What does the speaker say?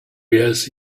yes